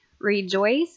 Rejoice